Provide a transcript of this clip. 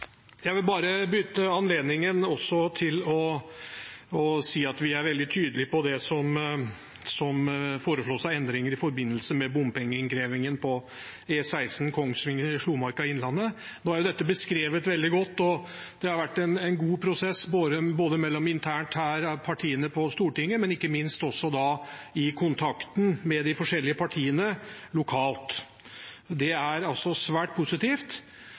Jeg vil bare benytte anledningen til også å si at vi er veldig tydelige på det som foreslås av endringer i forbindelse med bompengeinnkrevingen på E16 Kongsvinger–Slomarka i Innlandet. Nå er jo dette beskrevet veldig godt, og det har vært en god prosess både partiene imellom internt her på Stortinget og – ikke minst– også i kontakten med de forskjellige partiene lokalt. Det er svært positivt.